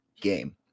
game